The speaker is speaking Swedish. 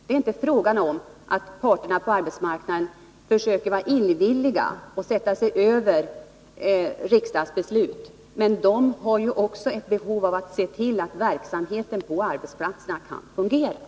Det är inte fråga om att parterna på arbetsmarknaden försöker vara illvilliga och sätta sig över riksdagsbeslut, men de måste ju se till att verksamheten på arbetsplatserna fungerar.